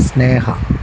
സ്നേഹ